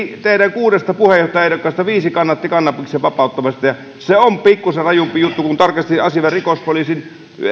teidän kuudesta puheenjohtajaehdokkaastanne viisi kannatti kannabiksen vapauttamista ja se on pikkusen rajumpi juttu kun tarkastin asian vielä rikospoliisin